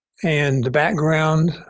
and the background,